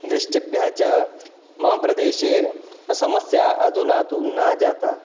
ज्येष्ठेभ्यः च मम प्रदेशे समस्या अधुना तु न जाता